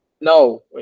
no